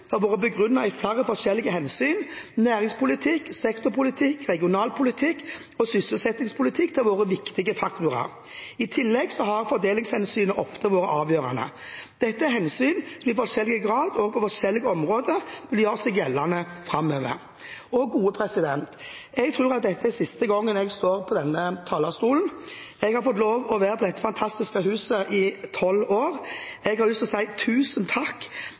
historisk har vært begrunnet i flere forskjellige hensyn. Næringspolitikk, sektorpolitikk, regionalpolitikk og sysselsettingspolitikk har vært viktige faktorer. I tillegg har fordelingshensyn ofte vært avgjørende. Dette er hensyn som i forskjellig grad og på forskjellige områder vil gjøre seg gjeldende framover. Jeg tror at dette er siste gangen jeg står på denne talerstolen. Jeg har fått lov til å være i dette fantastiske huset i tolv år. Jeg har lyst til å si tusen takk